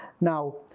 Now